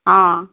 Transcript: ହଁ